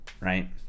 right